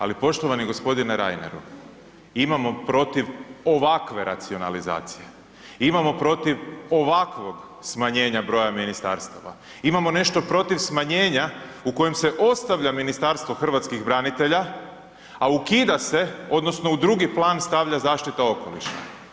Ali poštovani gospodine Reineru, imamo protiv ovakve racionalizacije, imamo protiv ovakvog smanjenja broja ministarstava, imamo nešto protiv smanjenja u kojem se ostavlja Ministarstvo hrvatskih branitelja, a ukida se odnosno u drugi plan stavlja zaštita okoliša.